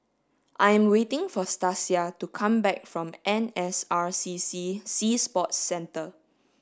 I am waiting for Stasia to come back from N S R C C Sea Sports Centre